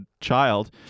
child